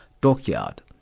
dockyard